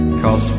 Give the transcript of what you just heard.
cause